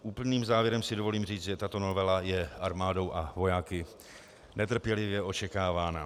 Úplným závěrem si dovolím říct, že tato novela je armádou a vojáky netrpělivě očekávána.